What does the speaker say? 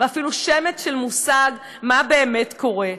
ואפילו שמץ של מושג מה באמת קורה.